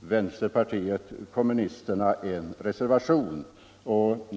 vänsterpartiet kommunisterna en reservation.